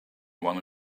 one